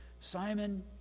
Simon